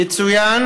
יצוין